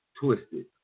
twisted